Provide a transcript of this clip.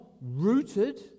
Rooted